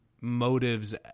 motives